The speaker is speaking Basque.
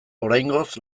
oraingoz